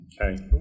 Okay